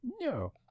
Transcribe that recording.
No